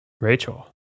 Rachel